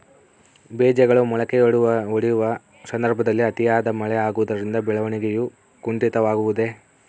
ಬೇಜಗಳು ಮೊಳಕೆಯೊಡೆಯುವ ಸಂದರ್ಭದಲ್ಲಿ ಅತಿಯಾದ ಮಳೆ ಆಗುವುದರಿಂದ ಬೆಳವಣಿಗೆಯು ಕುಂಠಿತವಾಗುವುದೆ?